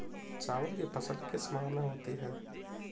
चावल की फसल किस माह में होती है?